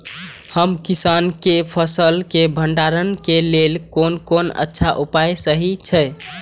हम किसानके फसल के भंडारण के लेल कोन कोन अच्छा उपाय सहि अछि?